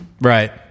Right